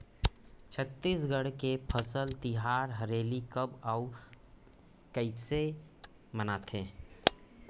छत्तीसगढ़ के फसल तिहार हरेली कब अउ कइसे मनाथे?